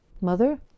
Mother